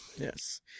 Yes